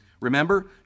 Remember